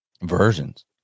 versions